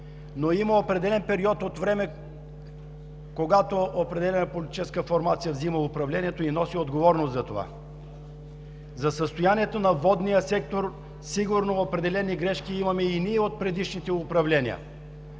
но има определен период от време, когато определена политическа формация взима управлението и носи отговорност за това. За състоянието на водния сектор сигурно определени грешки имаме и ние от предишните управления,